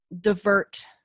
divert